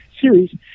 series